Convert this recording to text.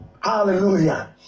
Hallelujah